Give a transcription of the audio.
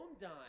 dime